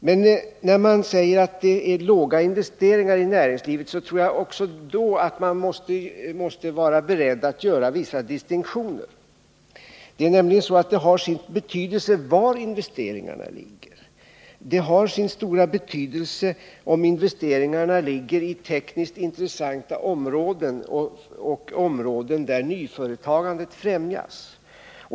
Men när man säger att det är små investeringar inom näringslivet måste man nog vara beredd att göra vissa distinktioner. Det är nämligen av betydelse var investeringarna sker, och det är av stor betydelse om investeringarna gäller tekniskt intressanta områden och områden där nyföretagandet främjas.